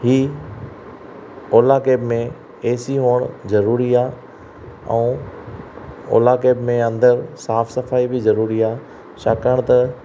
ही ओला कैब में A C हुअणु ज़रूरी आहे ऐं ओला कैब में अंदरि साफ़ु सफ़ाइ बि ज़रूरी आहे छाकाणि त